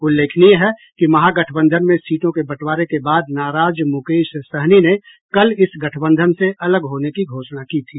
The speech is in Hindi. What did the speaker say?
उल्लेखनीय है कि महागठबंधन में सीटों के बंटवारे के बाद नाराज मुकेश सहनी ने कल इस गठबंधन से अलग होने की घोषणा की थी